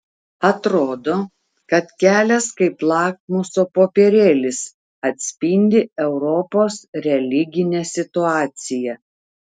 atrodo kad kelias kaip lakmuso popierėlis atspindi europos religinę situaciją